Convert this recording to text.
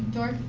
dorff?